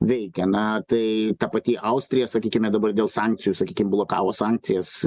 veikia na tai ta pati austrija sakykime dabar dėl sankcijų sakykim blokavo sankcijas